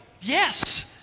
Yes